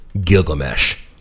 Gilgamesh